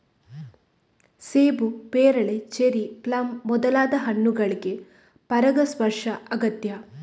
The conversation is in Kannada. ಸೇಬು, ಪೇರಳೆ, ಚೆರ್ರಿ, ಪ್ಲಮ್ ಮೊದಲಾದ ಹಣ್ಣುಗಳಿಗೆ ಪರಾಗಸ್ಪರ್ಶ ಅಗತ್ಯ